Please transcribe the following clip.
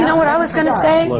i was going to say?